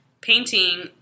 painting